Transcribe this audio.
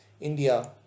India